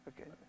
Okay